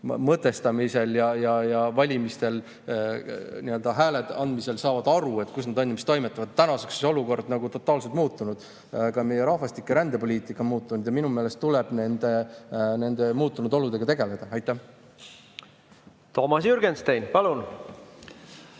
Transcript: mõtestamisel ja valimistel oma hääle andmisel saavad aru, kus nad on ja mida nad toimetavad. Tänaseks on see olukord totaalselt muutunud, ka meie rahvastiku‑ ja rändepoliitika on muutunud. Minu meelest tuleb nende muutunud oludega tegeleda. Toomas Jürgenstein, palun!